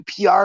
PR